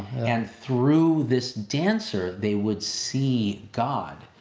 and through this dancer they would see god.